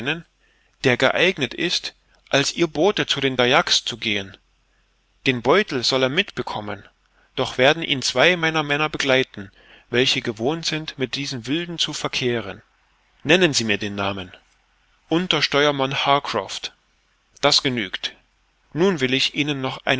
der geeignet ist als ihr bote zu den dayaks zu gehen den beutel soll er mitbekommen doch werden ihn zwei meiner männer begleiten welche gewohnt sind mit diesen wilden zu verkehren nennen sie den namen untersteuermann harcroft das genügt nun will ich ihnen noch